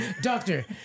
Doctor